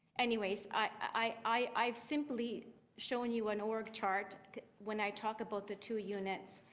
anyways i simply shown you an org chart when i talk about the two units.